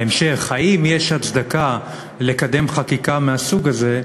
בהמשך אם יש הצדקה לקדם חקיקה מהסוג הזה,